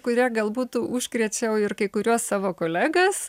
kuria galbūt užkrėčiau ir kai kuriuos savo kolegas